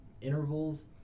intervals